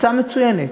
הצעה מצוינת.